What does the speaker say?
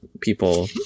people